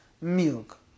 milk